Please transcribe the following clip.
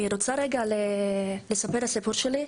אני רוצה לספר רגע את הסיפור שלי,